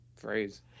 phrase